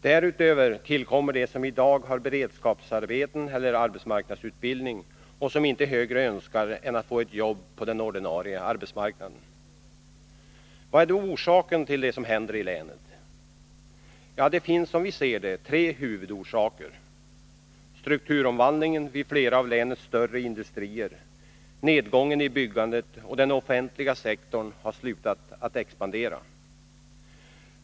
Därutöver tillkommer de som i dag har beredskapsarbeten eller genomgår arbetsmarknadsutbildning och som inget högre önskar än att få ett jobb på den ordinarie arbetsmarknaden. Vad är då orsaken till det som händer i länet? Det finns — som vi ser det — tre huvudorsaker: strukturomvandlingen vid flera av länets större industrier, nedgången i byggandet och att den offentliga sektorn har slutat expandera.